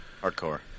Hardcore